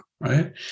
right